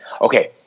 Okay